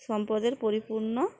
সম্পদে পরিপূর্ণ